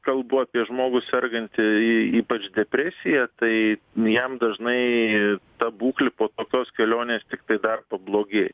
kalbu apie žmogų sergantį ypač depresija tai jam dažnai ta būklė po tokios kelionės tiktai dar pablogėja